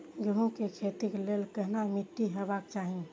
गेहूं के खेतीक लेल केहन मीट्टी हेबाक चाही?